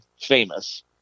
Famous